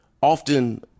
Often